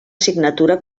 signatura